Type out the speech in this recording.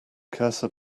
cursor